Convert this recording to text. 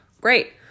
Great